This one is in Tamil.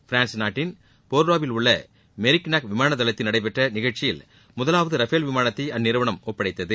பிரான்ஸ் நாட்டின் போர்டோவில் உள்ள மெரிக்நாக் விமான தளத்தில் நடைபெற்ற இதற்கான நிகழ்ச்சியில் முதலாவது ரஃபேல் விமானத்தை அந்நிறுவனம் ஒப்படைத்தது